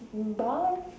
bye